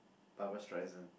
Barbra-Streisand